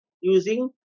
using